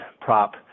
Prop